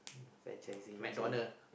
franchising McDonald